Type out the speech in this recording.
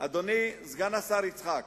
אדוני סגן השר יצחק